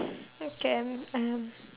okay um